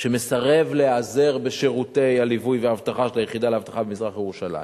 שמסרב להיעזר בשירותי הליווי והאבטחה של היחידה לאבטחה במזרח-ירושלים,